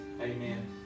Amen